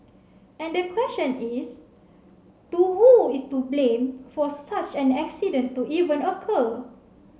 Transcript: and the question is to who is to blame for such an accident to even occur